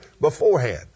beforehand